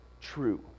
true